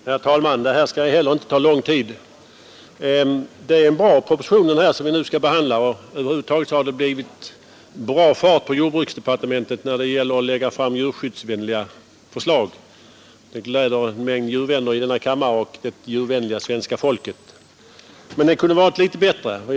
Herr talman! Det här skall inte heller ta lång tid. Den proposition vi nu skall behandla är en bra proposition. Över huvud taget har det blivit bra fart på jordbruksdepartementet när det gäller att lägga fram djurskyddsvänliga förslag. Detta gläder en mängd djurvänner i denna kammare och det djurvänliga svenska folket. Men det kunde ha varit litet bättre ändå.